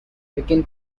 begin